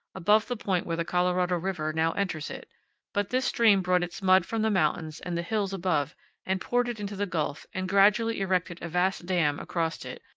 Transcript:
above the point where the colorado river now enters it but this stream brought its mud from the mountains and the hills above and poured it into the gulf and gradually erected a vast dam across it,